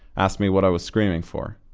asked me what i was screaming for.